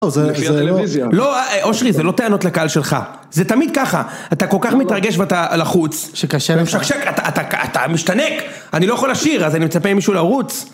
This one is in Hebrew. זה היה לפי הטלוויזיה. לא, אושרי, זה לא טענות לקהל שלך. זה תמיד ככה. אתה כל כך מתרגש ואתה לחוץ. שקשה להמשיך. עכשיו אתה משתנק. אני לא יכול לשיר, אז אני מצפה עם מישהו לרוץ.